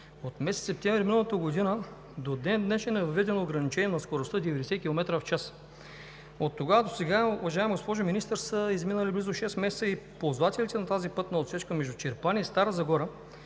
от месец септември миналата година до ден-днешен е въведено ограничение на скоростта 90 км/ч. Оттогава досега, уважаема госпожо Министър, са изминали близо шест месеца и ползвателите на тази пътна отсечка между Чирпан и Стара Загора